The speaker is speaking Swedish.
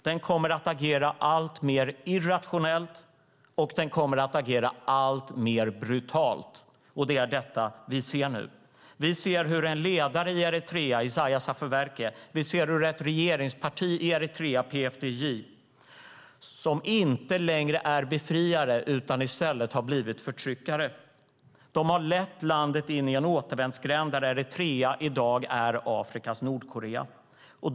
Den kommer att agera alltmer irrationellt, och den kommer att agera alltmer brutalt. Det är detta vi nu ser. Vi ser hur en ledare i Eritrea, Isaias Afewerki, och hur ett regeringsparti i Eritrea, PFDJ, inte längre är befriare utan i stället har blivit förtryckare. De har lett landet in i en återvändsgränd där Eritrea i dag är Afrikas Nordkorea.